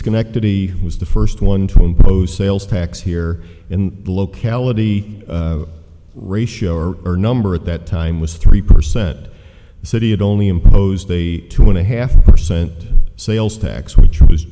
schenectady was the first one to impose sales tax here in the locality ratio or or number at that time was three percent the city had only imposed a two and a half percent sales tax which was